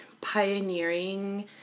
pioneering